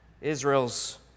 israel's